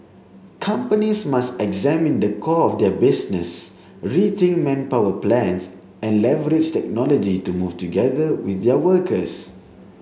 companies must examine the core of their business rethink manpower plans and leverage technology to move together with their workers